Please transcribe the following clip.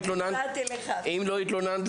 ניסיונות ההתאבדות של ילדים ונוער שהתקבלו בחדרי מיון,